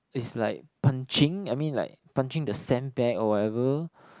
is like punching I mean like punching the sandbag or whatever